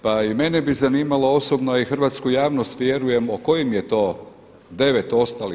Pa i mene bi zanimalo osobno, a i hrvatsku javnost vjerujem o kojim je to 9 ostalih.